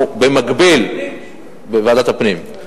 בוועדת הפנים,